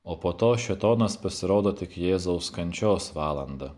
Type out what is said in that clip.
o po to šėtonas pasirodo tik jėzaus kančios valandą